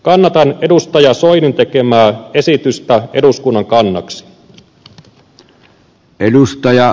kannatan edustaja soinin tekemää esitystä eduskunnan kannaksi